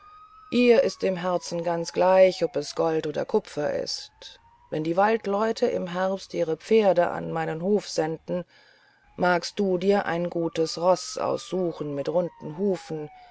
ihr ist im herzen ganz gleich ob es gold oder kupfer ist wenn die waldleute im herbst ihre pferde an meinen hof senden magst du dir ein gutes roß aussuchen mit runden hufen